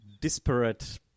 Disparate